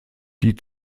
die